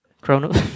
Chronos